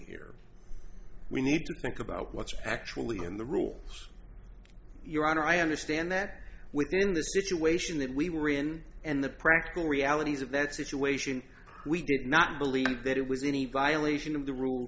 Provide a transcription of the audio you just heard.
here we need to think about what's actually in the rules your honor i understand that we're in the situation that we were in and the practical realities of that situation we did not believe that it was any violation of the rule